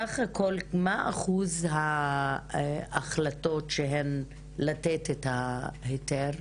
בסך הכל מהו אחוז ההחלטות שהן לתת את ההיתר,